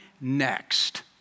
next